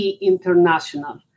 international